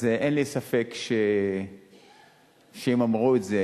אז אין לי ספק שאם הם אמרו את זה,